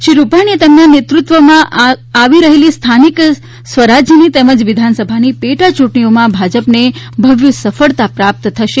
શ્રી રૂપાણીએ તેમના નેતૃત્વમાં આવી રહેલી સ્થાનિક સ્વરાજ્યની તેમજ વિધાનસભાની પેટાચૂંટણીઓમાં ભાજપાને ભવ્ય સફળતા પ્રાપ્ત થશે